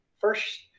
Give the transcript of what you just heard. first